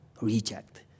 reject